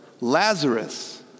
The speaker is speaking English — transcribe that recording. Lazarus